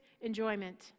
enjoyment